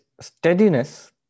steadiness